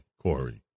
Corey